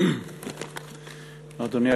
אדוני.